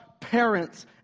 parents